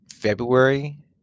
February